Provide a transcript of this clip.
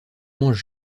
mange